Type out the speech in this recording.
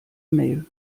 mail